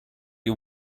you